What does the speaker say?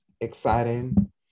exciting